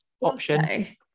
option